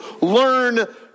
learn